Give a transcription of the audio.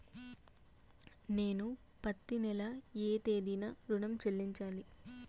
నేను పత్తి నెల ఏ తేదీనా ఋణం చెల్లించాలి?